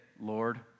Lord